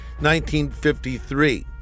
1953